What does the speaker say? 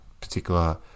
particular